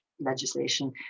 legislation